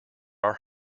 our